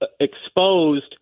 exposed